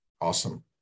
Awesome